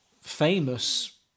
famous